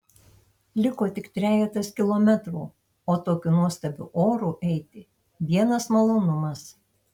liko tik trejetas kilometrų o tokiu nuostabiu oru eiti vienas malonumas